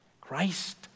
Christ